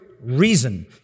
reason